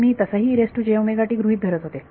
तर मी तसही गृहीत धरत होते